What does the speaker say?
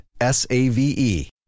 S-A-V-E